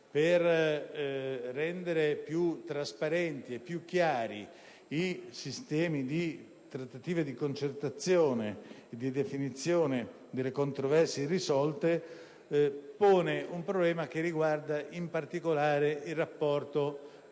per rendere più trasparenti e più chiari i sistemi di trattativa, di concertazione e di definizione delle controversie irrisolte, pone un problema che riguarda in particolare il rapporto